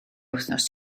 wythnos